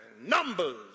numbers